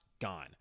gone